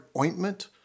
ointment